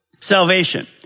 Salvation